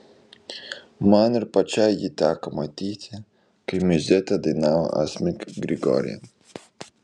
man ir pačiai jį teko matyti kai miuzetę dainavo asmik grigorian